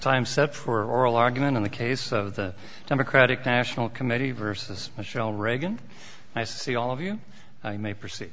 time set for oral argument in the case of the democratic national committee versus michelle reagan i see all of you may proce